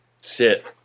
sit